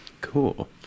cool